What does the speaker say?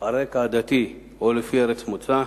על רקע עדתי או לפי ארץ מוצא.